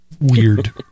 weird